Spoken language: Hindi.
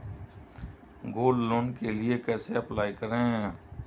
गोल्ड लोंन के लिए कैसे अप्लाई करें?